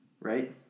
right